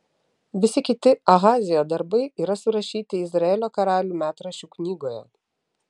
visi kiti ahazijo darbai yra surašyti izraelio karalių metraščių knygoje